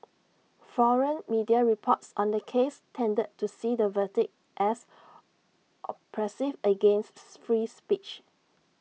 foreign media reports on the case tended to see the verdict as oppressive againsts free speech